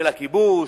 של הכיבוש,